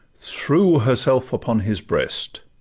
threw herself upon his breast,